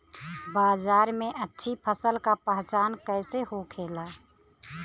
बाजार में अच्छी फसल का पहचान कैसे होखेला?